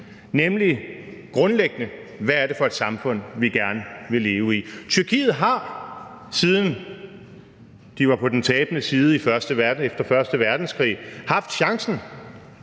helt grundlæggende er for et samfund, vi gerne vil leve i. Tyrkiet har, siden de var på den tabende side i første verdenskrig, haft chancen.